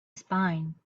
spine